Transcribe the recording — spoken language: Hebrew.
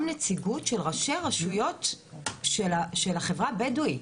נציגות של ראשי רשויות של החברה הבדואית,